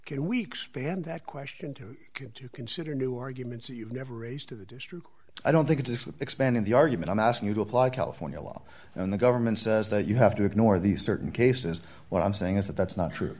beyond that question to you to consider new arguments you've never raised to the district i don't think it's expanding the argument i'm asking you to apply california law and the government says that you have to ignore these certain cases what i'm saying is that that's not true